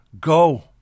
go